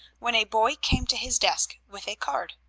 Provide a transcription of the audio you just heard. when a boy came to his desk with a card.